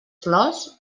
flors